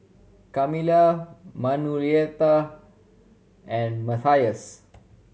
Carmella Manuelita and Matthias